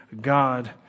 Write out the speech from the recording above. God